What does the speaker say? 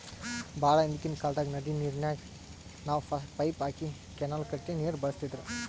ಭಾಳ್ ಹಿಂದ್ಕಿನ್ ಕಾಲ್ದಾಗ್ ನದಿ ನೀರಿಗ್ ನಾವ್ ಪೈಪ್ ಹಾಕಿ ಕೆನಾಲ್ ಕಟ್ಟಿ ನೀರ್ ಬಳಸ್ತಿದ್ರು